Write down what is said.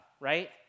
right